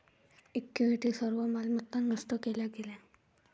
equity सर्व मालमत्ता नष्ट केल्या गेल्या